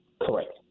Correct